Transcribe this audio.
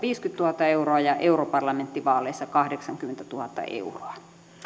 viisikymmentätuhatta euroa ja europarlamenttivaaleissa kahdeksankymmentätuhatta euroa